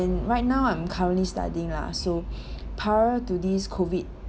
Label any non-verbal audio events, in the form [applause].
right now I'm currently studying lah so [breath] prior to this COVID